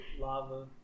lava